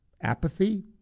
apathy